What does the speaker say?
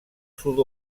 sud